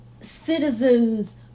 citizens